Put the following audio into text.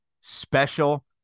special